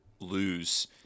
lose